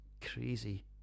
crazy